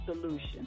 solution